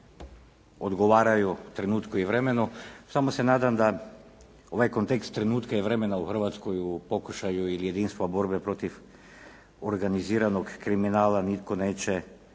odgovaraju trenutku i vremenu. Samo se nadam da ovaj kontekst trenutka i vremena u Hrvatskoj u pokušaju ili jedinstva borbe protiv organiziranog kriminala nitko neće